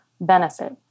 benefit